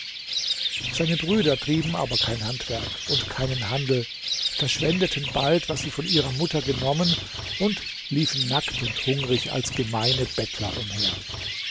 seine brüder trieben aber kein handwerk und keinen handel verschwendeten bald was sie von ihrer mutter genommen und liefen nackt und hungrig als gemeine bettler umher